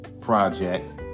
project